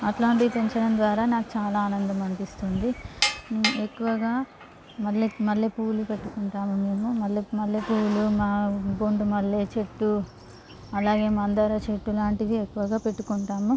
అట్లాంటివి పెంచడం ద్వారా నాకు చాలా అందం అనిపిస్తుంది ఎక్కువగా మల్లె మల్లె పువ్వులు పెట్టుకుంటాము మేము మల్లె మల్లె పువ్వులు బొండుమల్లె చెట్టు అలాగే మందార చెట్టు లాంటిది ఎక్కువగా పెట్టుకుంటాము